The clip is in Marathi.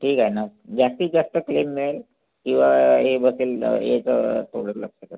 ठीक आहे ना जास्तीत जास्त क्लेम मिळेल किंवा हे बसेल हेच थोडं लक्षात असा